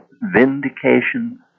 vindication